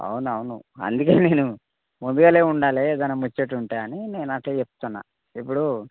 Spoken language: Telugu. అవును అవును అందుకే నేను ముందుగానే ఉండాలి ఏదన్నా ముచ్చట ఉంటే అని నేను అట్లా చెప్తున్నా ఇప్పుడు